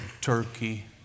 turkey